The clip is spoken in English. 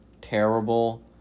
terrible